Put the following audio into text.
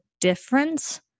difference